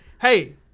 Hey